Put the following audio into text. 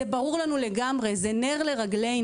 זה ברור לנו לגמרי, זה נר לרגלינו.